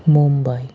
Mumbai